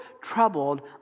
troubled